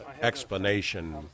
explanation